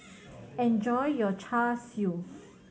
enjoy your Char Siu